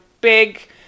big